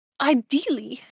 Ideally